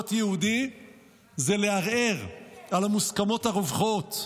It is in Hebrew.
להיות יהודי זה לערער על המוסכמות הרווחות.